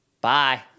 Bye